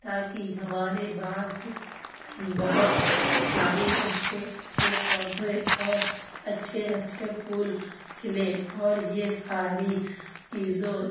تاکہ ہمارے بعد بہت ساری اچھے اچھے پودے اور اچھے اچھے پھول کھلے اور یہ ساری چیزوں